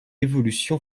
évolution